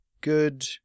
Good